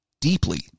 deeply